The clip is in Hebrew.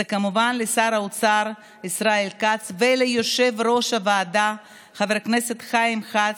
וזה כמובן השר האוצר ישראל כץ ויושב-ראש הוועדה חבר הכנסת חיים כץ,